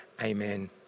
Amen